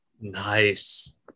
Nice